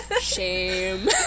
Shame